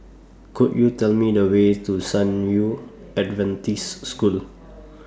Could YOU Tell Me The Way to San Yu Adventist School